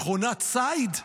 מכונת ציד?